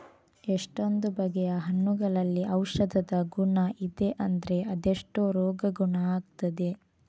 ಎಷ್ಟೊಂದು ಬಗೆಯ ಹಣ್ಣುಗಳಲ್ಲಿ ಔಷಧದ ಗುಣ ಇದೆ ಅಂದ್ರೆ ಅದೆಷ್ಟೋ ರೋಗ ಗುಣ ಆಗ್ತದೆ